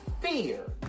fear